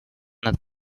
над